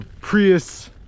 prius